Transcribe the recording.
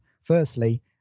Firstly